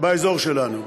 באזור שלנו.